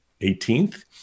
18th